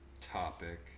topic